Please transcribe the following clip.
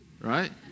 right